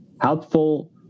helpful